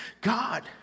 God